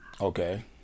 Okay